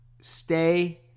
stay